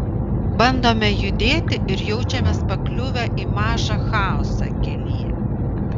bandome judėti ir jaučiamės pakliuvę į mažą chaosą kelyje